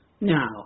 now